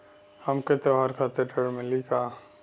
हमके त्योहार खातिर ऋण मिली का?